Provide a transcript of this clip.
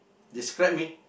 describe me